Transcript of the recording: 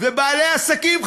ובעלי העסקים,